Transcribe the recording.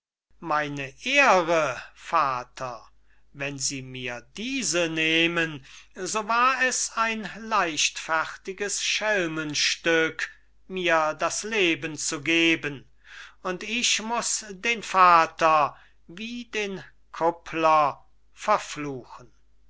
meine ehre vater wenn sie mir diese nehmen so war es ein leichtfertiges schelmenstück mir das leben zu geben und ich muß den vater wie den kuppler verfluchen